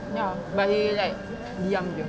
ya but he like diam jer